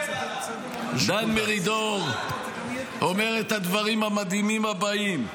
--- גם רבין לא ירד --- דן מרידור אומר את הדברים המדהימים הבאים: